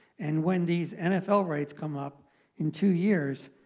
and when these nfl rights come up in two years,